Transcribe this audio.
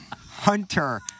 Hunter